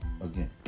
Again